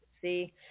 See